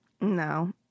No